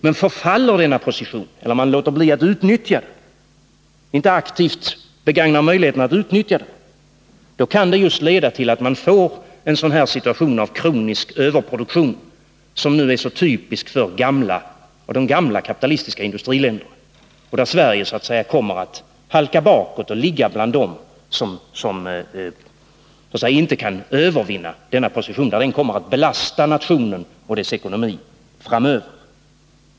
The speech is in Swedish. Men förfaller denna position, eller begagnar man inte aktivt möjligheten att utnyttja den, då kan det just leda till att man får en sådan här situation med kronisk överproduktion, som nu är så typisk för de gamla kapitalistiska industriländerna, och där Sverige kommer att halka bakåt och ligga bland dem som inte kan övervinna denna position, där den kommer att belasta nationen och dess ekonomi framöver.